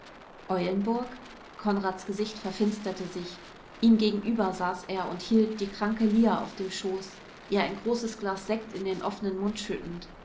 eulenburg konrads gesicht verfinsterte sich ihm gegenüber saß er und hielt die kranke lia auf dem schoß ihr ein großes glas sekt in den offenen mund schüttend